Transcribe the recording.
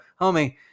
homie